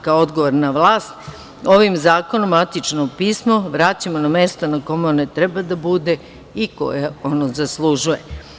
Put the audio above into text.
Kao odgovorna vlast, ovim zakonom matično pismo vraćamo na mesto na kome ono treba da bude i koje ono zaslužuje.